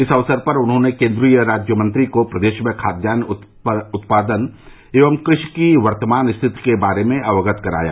इस अक्सर पर उन्होंने केन्द्रीय राज्य मंत्री को प्रदेश में खादयान्न उत्पादन एवं कृषि की वर्तमान स्थिति के बारे में अवगत कराया